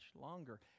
longer